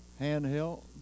handheld